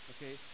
Okay